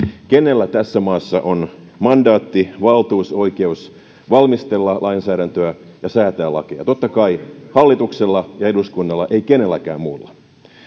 kenellä tässä maassa on mandaatti valtuus oikeus valmistella lainsäädäntöä ja säätää lakeja totta kai hallituksella ja eduskunnalla ei kenelläkään muulla